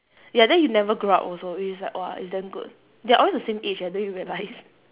ya then you never grow up also it's like !whoa! it's damn good they're always the same age leh do you realise